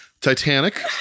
Titanic